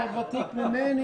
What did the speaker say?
אנחנו נעמוד